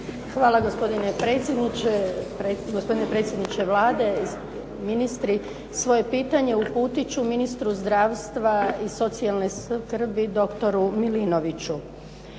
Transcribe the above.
Hvala gospodine predsjedniče, gospodine predsjedniče Vlade, ministri. Svoje pitanje uputiti ću ministru zdravstva i socijalne skrbi, doktoru Milinoviću.